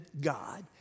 God